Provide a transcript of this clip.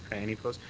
any opposed?